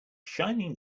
shining